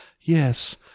Yes